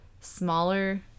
smaller